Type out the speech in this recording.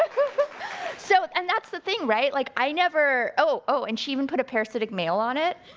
so and that's the thing, right? like i never, oh, oh, and she even put a parasitic male on it.